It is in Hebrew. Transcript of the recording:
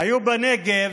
היו בנגב,